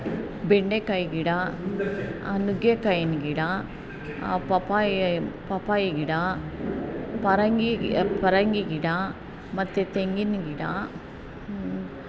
ಬೆಂಡೆಕಾಯಿ ಗಿಡ ನುಗ್ಗೆಕಾಯಿಯ ಗಿಡ ಪಪಾಯ ಪಪಾಯಿ ಗಿಡ ಪರಂಗಿ ಪರಂಗಿ ಗಿಡ ಮತ್ತು ತೆಂಗಿನ ಗಿಡ